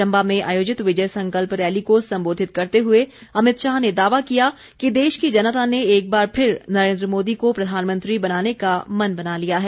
चम्बा में आयोजित विजय संकल्प रैली को संबोधित करते हुए अमित शाह ने दावा किया कि देश की जनता ने एकबार फिर नरेन्द्र मोदी को प्रधानमंत्री बनाने का मन बना लिया है